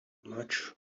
much